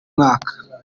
mwaka